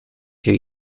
two